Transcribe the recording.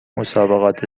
مسابقات